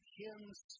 hymns